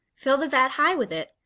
fill the vat high with it,